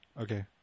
Okay